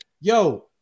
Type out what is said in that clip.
yo